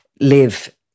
live